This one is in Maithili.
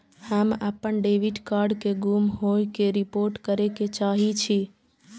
हम अपन डेबिट कार्ड के गुम होय के रिपोर्ट करे के चाहि छी